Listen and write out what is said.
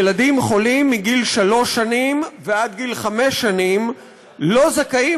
ילדים חולים מגיל שלוש שנים ועד גיל חמש שנים לא זכאים